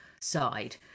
side